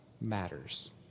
matters